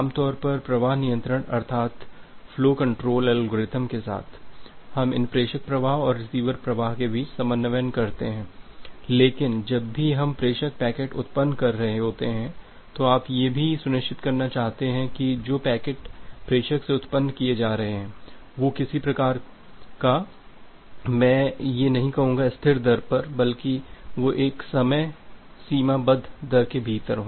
आम तौर पर प्रवाह नियंत्रण अर्ताथ फ्लो कण्ट्रोल एल्गोरिथ्म के साथ हम इन प्रेषक प्रवाह और रिसीवर प्रवाह के बीच समन्वय करते हैं लेकिन जब भी हम प्रेषक पैकेट उत्पन्न कर रहे हैं तो आप यह भी सुनिश्चित करना चाहते हैं कि जो पैकेट प्रेषक से उत्पन्न किए जा रहे हैं वे किसी प्रकार का मैं ये नहीं कहूँगा स्थिर दर बल्कि वे एक सीमाबद्धसीमा दर के भीतर हैं